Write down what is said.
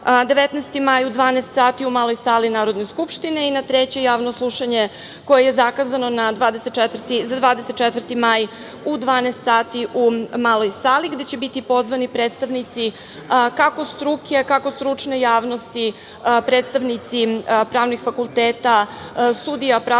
19. maj u 12.00 sati u Maloj sali Narodne skupštine i na treće javno slušanje koje je zakazano za 24. maj u 12.00 sati u Maloj sali, a gde će biti pozvani predstavnici, kako struke, kako stručne javnosti, predstavnici pravnih fakulteta, sudija Pravosudne